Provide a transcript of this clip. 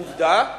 עובדה,